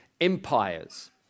empires